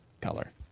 color